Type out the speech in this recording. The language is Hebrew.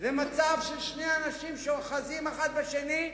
זה מצב של שני אנשים שאוחזים אחד בשני,